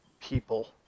people